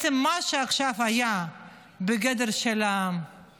מה שעד עכשיו היה בגדר המלצה